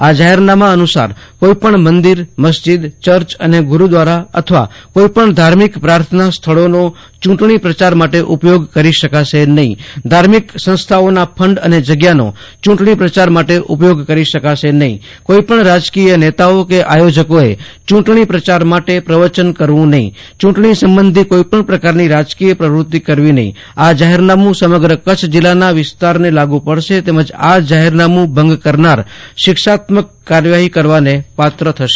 આ જાહેરનામાં અનુસાર કોઈ પણ મંદિરમસ્જીદ ચર્ચ અને ગુરુદ્વાર અથવા કોઈ પણ ધાર્મિક પ્રાથના ચિત્ત નો ચૂંટણી પ્રચાર માટે ઉપયોગ કરી શકાશે નહિ ધાર્મિક સ્થળો ફંડ અને જગ્યા નો ચૂંટણી પ્રચાર માટે ઉપયોગ કરી શકાશે નહિ કોઈ પણ રાજકીય નેતાઓ કે આથોજકો એ ચૂંટણી પ્રચાર માટે પ્રવચન કરવું નફી સબંધી કોઈ પણ પ્રકારની રાજકીય પ્રવુતિ કરવી નફી આ જાહેનનામુ સમગ્ર કરછ જિલાના વિસ્તાર ને લાગુ પડશે તેમજ આ જાહેનામું ભંગ કરનાર સિક્ષાત્મક કાર્યવાહી કરવાને પાત્ર થશે